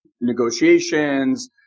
negotiations